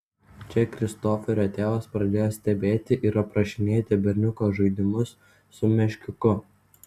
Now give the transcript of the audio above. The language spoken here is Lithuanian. čia kristoferio tėvas pradėjo stebėti ir aprašinėti berniuko žaidimus su meškiuku